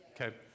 Okay